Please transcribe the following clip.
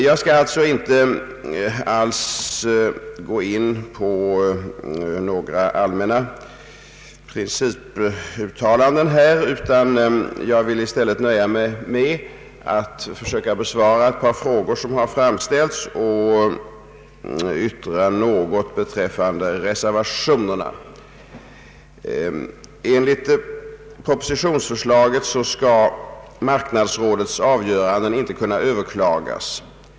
Jag skall alltså inte göra några allmänna Pprinciputtalanden, utan nöjer mig med att försöka besvara ett par frågor som framställts och yttra mig något beträffande reservationerna. Enligt = propositionsförslaget skall marknadsrådets avgörande inte kunna överklagas.